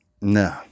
No